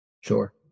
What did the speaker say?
Sure